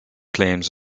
claims